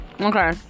Okay